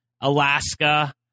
Alaska